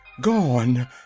gone